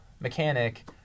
mechanic